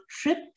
trip